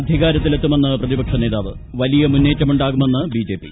അധികാരത്തിലെത്തുമെന്ന് പ്രൂതിപക്ഷ നേതാവ് വലിയ മുന്നേറ്റമുണ്ടാകുമെന്ന് പ്ലി ഉജ്ഞപി